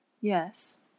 Yes